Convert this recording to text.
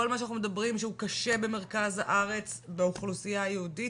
כל מה שאנחנו מדברים שהוא קשה במרכז הארץ באוכלוסייה יהודית,